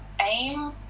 aim